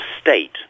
state